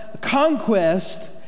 conquest